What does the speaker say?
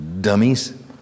Dummies